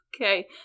Okay